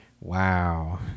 Wow